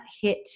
hit